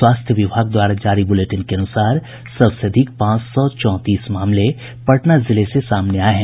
स्वास्थ्य विभाग द्वारा जारी बुलेटिन के अनुसार सबसे अधिक पांच सौ चौंतीस मामले पटना जिले से सामने आये हैं